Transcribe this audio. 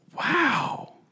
Wow